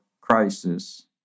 crisis